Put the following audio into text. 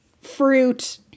fruit